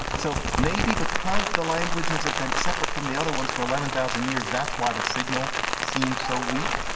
so maybe because the languages have been separate from the other ones for eleven thousand years, that's why the signal seems so weak.